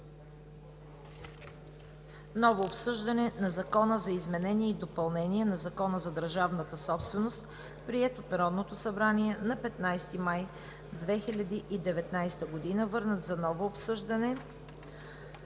ново обсъждане на Закона за изменение и допълнение на Закона за държавната собственост, приет от Народното събрание на 15 май 2019 г. и мотивите